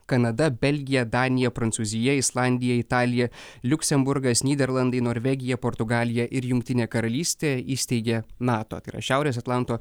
kanada belgija danija prancūzija islandija italija liuksemburgas nyderlandai norvegija portugalija ir jungtinė karalystė įsteigė nato šiaurės atlanto